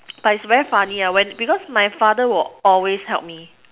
but is very funny when because my father will always help me